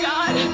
God